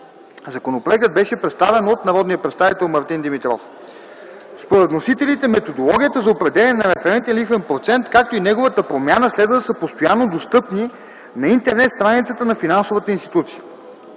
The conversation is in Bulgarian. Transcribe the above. Законопроектът беше представен от народния представител Мартин Димитров. Според вносителите методологията за определяне на референтен лихвен процент, както и неговата промяна, следва да са постоянно достъпни на интернет страницата на финансовата институция.